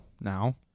now